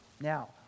Now